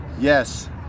Yes